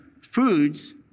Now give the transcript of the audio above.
foods